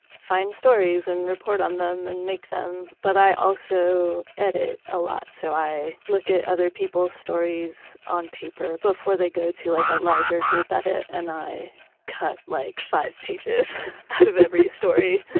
find stories, and report on them, and make them. but i also edit a lot, so i look at other people's stories on paper, before they go to like a larger group edit, and i cut like five pages out of every story.